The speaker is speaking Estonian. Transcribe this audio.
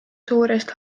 suurest